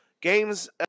games